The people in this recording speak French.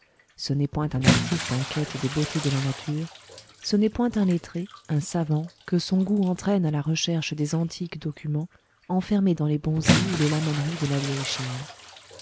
ce n'est point un artiste en quête des beautés de la nature ce n'est point un lettré un savant que son goût entraîne à la recherche des antiques documents enfermés dans les bonzeries ou les lamaneries de la vieille chine